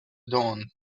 dawn